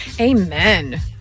Amen